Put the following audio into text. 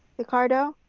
liccardo,